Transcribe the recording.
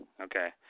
okay